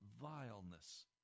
vileness